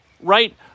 right